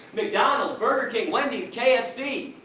mcdonalds, burger king, wendy's, kfc.